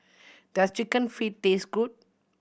does Chicken Feet taste good